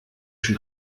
schon